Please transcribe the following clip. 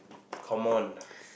come on